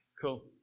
Cool